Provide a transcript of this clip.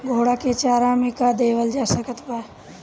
घोड़ा के चारा मे का देवल जा सकत बा?